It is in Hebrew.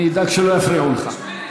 אני אדאג שלא יפריעו לך.